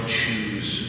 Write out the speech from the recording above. choose